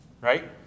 right